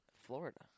Florida